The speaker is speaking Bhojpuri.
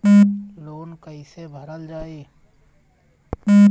लोन कैसे भरल जाइ?